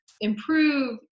improve